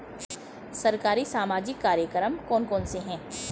सरकारी सामाजिक कार्यक्रम कौन कौन से हैं?